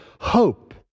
hope